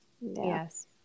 Yes